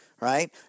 right